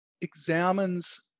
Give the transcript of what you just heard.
examines